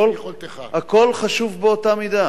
הכול חשוב באותה מידה,